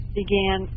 began